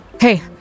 Hey